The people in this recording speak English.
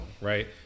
right